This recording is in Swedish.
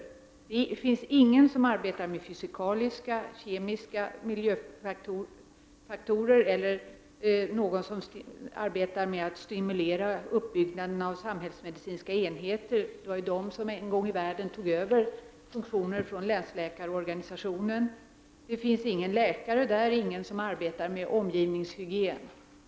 Det finns ingen som arbetar med fysikaliska, kemiska miljöfaktorer eller med att stimulera uppbygganden av samhällsmedicinska enheter. Det var de som en gång i tiden tog över funktioner från länsläkarorganisationen. Det finns ingen läkare där och inte heller någon som arbetar med omgivningshygien.